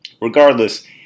Regardless